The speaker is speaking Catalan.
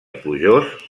plujós